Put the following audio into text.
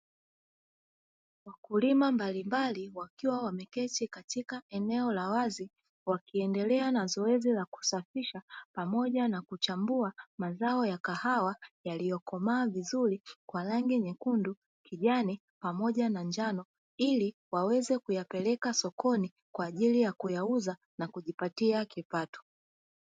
Wakulima mbalimbali wakiwa wameketi katika eneo la wazi, wakiendelea na zoezi la kusafisha pamoja na kuchambua mazao ya kahawa; yaliyokomaa vizuri kwa rangi nyekundu, kijani pamoja na njano, ili waweze kuyapeleka sokoni kwa ajili ya kuyauza na kujipatia kipato.